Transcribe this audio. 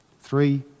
three